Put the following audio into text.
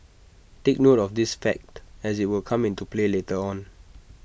take note of this fact as IT will come into play later on